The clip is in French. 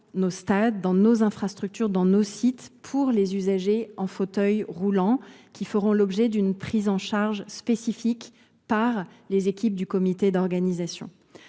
dans nos infrastructures et dans nos sites sont réservées aux usagers en fauteuil roulant, qui feront l’objet d’une prise en charge spécifique par les équipes du Comité d’organisation.